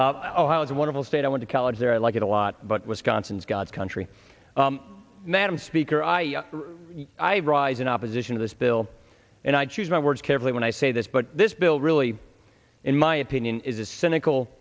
a wonderful state i went to college there i like it a lot but wisconsin's god's country madam speaker i rise in opposition to this bill and i choose my words carefully when i say this but this bill really in my opinion is a cynical